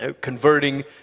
converting